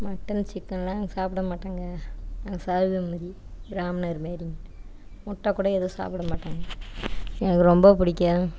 mutton சிக்கன்லாம் நாங்கள் சாப்பிட மாட்டோங்க நாங்கள் சைவம்மாரி பிராமணர்மாரிங்க முட்டை கூட எதுவும் சாப்பிட மாட்டோங்க எனக்கு ரொம்ப பிடிக்காது